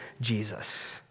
Jesus